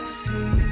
see